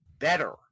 better